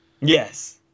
Yes